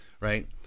right